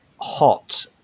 hot